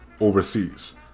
overseas